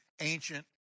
ancient